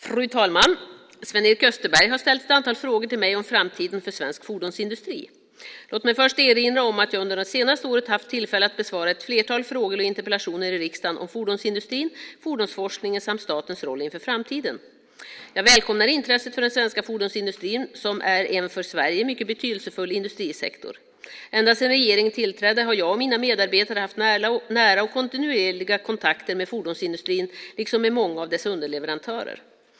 Fru talman! Sven-Erik Österberg har ställt ett antal frågor till mig om framtiden för svensk fordonsindustri. Låt mig först erinra om att jag under de senaste åren har haft tillfälle att besvara ett flertal frågor och interpellationer i riksdagen om fordonsindustrin, fordonsforskningen samt statens roll inför framtiden. Jag välkomnar intresset för den svenska fordonsindustrin, som är en för Sverige mycket betydelsefull industrisektor. Ända sedan regeringen tillträdde har jag och mina medarbetare haft nära och kontinuerliga kontakter med fordonsindustrin liksom med många av dess underleverantörer.